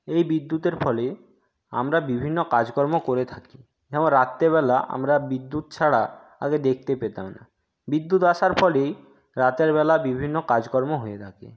এই বিদ্যুতের ফলে আমরা বিভিন্ন কাজকর্ম করে থাকি যেমন রাত্রেবেলা আমরা বিদ্যুৎ ছাড়া আগে দেখতে পেতাম না বিদ্যুৎ আসার ফলে রাতেরবেলা বিভিন্ন কাজকর্ম হয়ে থাকে